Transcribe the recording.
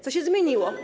Co się zmieniło?